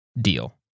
deal